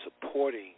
supporting